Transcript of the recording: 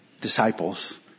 disciples